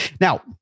Now